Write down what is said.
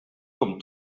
com